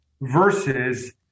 versus